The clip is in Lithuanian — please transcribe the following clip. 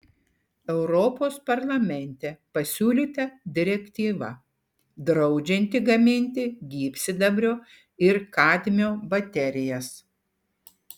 europos parlamente pasiūlyta direktyva draudžianti gaminti gyvsidabrio ir kadmio baterijas